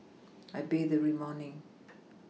I bathe every morning